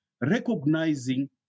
recognizing